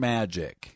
Magic